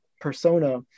persona